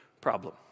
problem